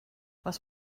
was